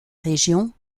région